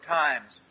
times